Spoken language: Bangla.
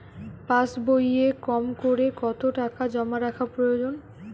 পাশবইয়ে কমকরে কত টাকা জমা রাখা প্রয়োজন?